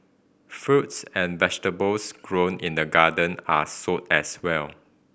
fruits and vegetables grown in the garden are sold as well